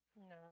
No